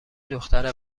دختر